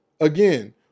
again